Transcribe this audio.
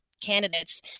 candidates